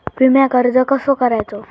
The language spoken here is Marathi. विम्याक अर्ज कसो करायचो?